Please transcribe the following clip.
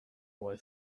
boy